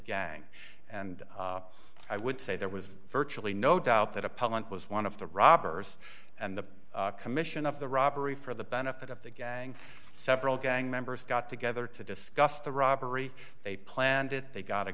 gang and i would say there was virtually no doubt that appellant was one of the robbers and the commission of the robbery for the benefit of the gang several gang members got together to discuss the robbery they planned it they got